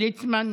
יעקב ליצמן,